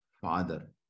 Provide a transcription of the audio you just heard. Father